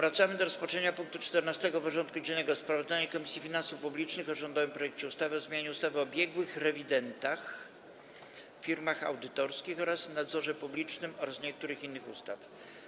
Powracamy do rozpatrzenia punktu 14. porządku dziennego: Sprawozdanie Komisji Finansów Publicznych o rządowym projekcie ustawy o zmianie ustawy o biegłych rewidentach, firmach audytorskich oraz nadzorze publicznym oraz niektórych innych ustaw.